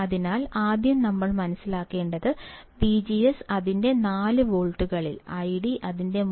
അതിനാൽ ആദ്യം നമ്മൾ മനസിലാക്കേണ്ടത് വിജിഎസ് അതിന്റെ 4 വോൾട്ടുകളിൽ ഐഡി അതിന്റെ 3